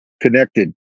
connected